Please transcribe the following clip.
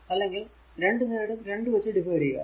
അല്ലെങ്കിൽ 2 സൈഡും 2 വച്ച് ഡിവൈഡ് ചെയ്യുക